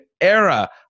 era